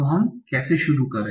तो हम कैसे शुरू करें